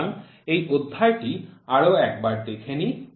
সুতরাং এই অধ্যায়টি আরো একবার দেখে নিই